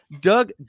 Doug